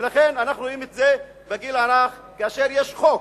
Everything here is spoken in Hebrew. ולכן אנחנו רואים את זה בגיל הרך, כאשר יש חוק